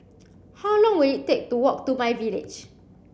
how long will it take to walk to myVillage